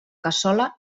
cassola